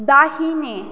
दाहिने